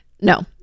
No